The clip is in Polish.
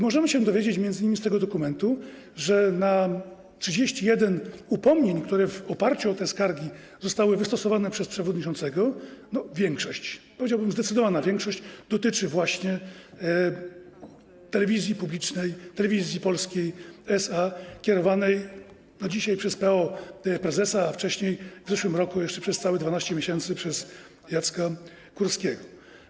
Możemy się dowiedzieć m.in. z tego dokumentu, że na 31 upomnień, które w oparciu o te skargi zostały wystosowane przez przewodniczącego, większość, powiedziałbym: zdecydowana większość, dotyczy właśnie telewizji publicznej, Telewizji Polskiej SA, kierowanej dzisiaj przez p.o. prezesa, a wcześniej, jeszcze w zeszłym roku, przez całe 12 miesięcy, przez Jacka Kurskiego.